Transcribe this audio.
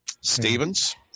Stevens